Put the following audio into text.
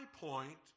point